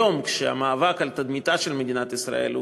היום כשהמאבק על תדמיתה של מדינת ישראל הוא